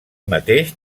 mateix